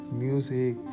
music